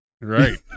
Right